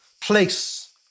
place